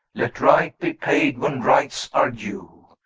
let rite be paid when rites are due.